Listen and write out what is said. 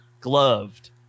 gloved